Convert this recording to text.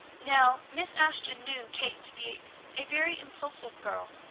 now, miss ashton knew kate to be a very impulsive girl,